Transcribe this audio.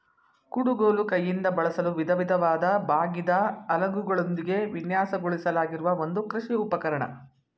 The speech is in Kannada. ಕುಡುಗೋಲು ಕೈಯಿಂದ ಬಳಸಲು ವಿಧವಿಧವಾದ ಬಾಗಿದ ಅಲಗುಗಳೊಂದಿಗೆ ವಿನ್ಯಾಸಗೊಳಿಸಲಾಗಿರುವ ಒಂದು ಕೃಷಿ ಉಪಕರಣ